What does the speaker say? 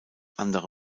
andere